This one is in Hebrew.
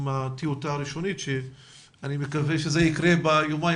הטיוטה הראשונית שאני מקווה שזה יקרה ביומיים